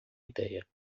ideia